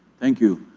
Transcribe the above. thank you.